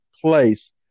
place